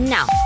Now